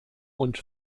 und